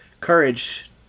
courage